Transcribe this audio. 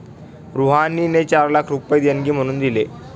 रुहानीने चार लाख रुपये देणगी म्हणून दिले